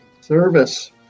service